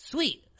Sweet